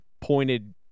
pointed